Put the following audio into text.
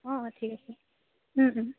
অঁ অঁ ঠিক আছে